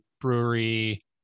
brewery